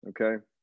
Okay